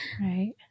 right